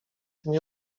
nie